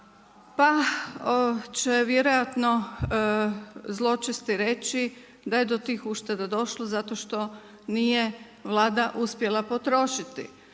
pa će vjerojatno zločesti reći da je to tih ušteda došlo zato što nije Vlada uspjela potrošiti.